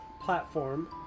platform